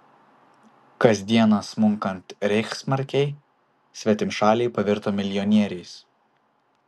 kasdieną smunkant reichsmarkei svetimšaliai pavirto milijonieriais